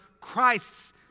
Christ's